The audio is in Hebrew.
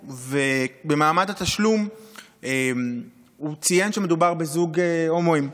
ובמעמד התשלום הוא ציין שמדובר בזוג הומואים,